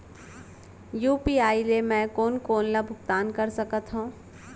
UPI ले मैं कोन कोन ला भुगतान कर सकत हओं?